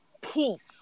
Peace